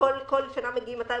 בכל שנה מגיעים 250